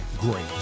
great